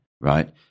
right